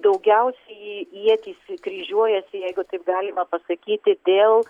daugiausiai ietys kryžiuojasi jeigu taip galima pasakyti dėl